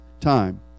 time